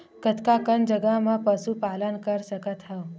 कतका कन जगह म पशु पालन कर सकत हव?